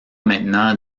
maintenant